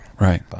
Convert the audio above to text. Right